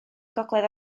gogledd